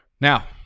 Now